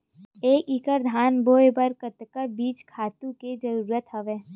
एक एकड़ धान बोय बर कतका बीज खातु के जरूरत हवय?